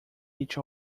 each